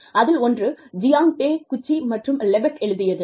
அதில் ஒன்று Jiang Taguchi மற்றும் லெபக் எழுதியது